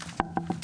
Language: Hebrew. (3)